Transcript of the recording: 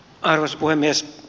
arvoisa puhemies